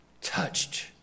Touched